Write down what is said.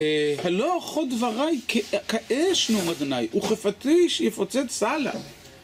הלא חוד דבריי כאש נאום אדוניי, וחפתי שיפוצץ סלה.